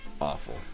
Awful